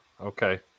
Okay